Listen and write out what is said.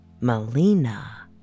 Melina